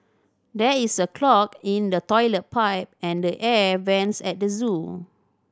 there is a clog in the toilet pipe and the air vents at the zoo